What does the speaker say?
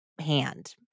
hand